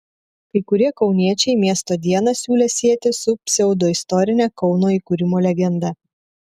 kai kurie kauniečiai miesto dieną siūlė sieti su pseudoistorine kauno įkūrimo legenda